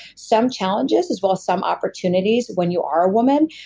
some challenges, as well as some opportunities when you are a woman.